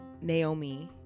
Naomi